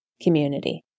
community